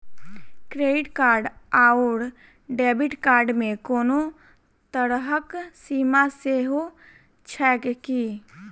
Credit card आओर debit card मे कोनो तरहक सीमा सेहो छैक की?